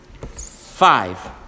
Five